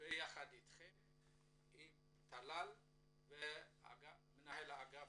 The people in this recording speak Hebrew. ביחד איתכם ועם טלל ומנהל האגף